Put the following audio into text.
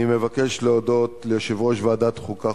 אני מבקש להודות ליושב-ראש ועדת החוקה,